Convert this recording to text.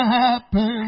happen